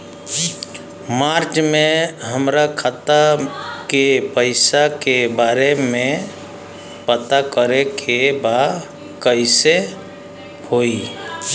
मार्च में हमरा खाता के पैसा के बारे में पता करे के बा कइसे होई?